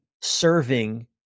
serving